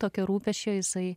tokio rūpesčio jisai